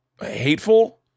hateful